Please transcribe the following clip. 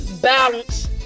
balance